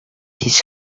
his